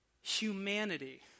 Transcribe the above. Humanity